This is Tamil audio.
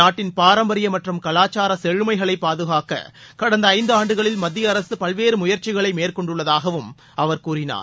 நாட்டின் பாரம்பரிய மற்றம் கலாச்சார செழுமைகளை பாதுகாக்க கடந்த ஐந்து ஆண்டுகளில் மத்திய அரசு பல்வேறு முயற்சிகளை மேற்கொண்டுள்ளதாகவும் அவர் கூறினார்